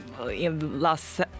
last